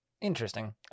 Interesting